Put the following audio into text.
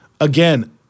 again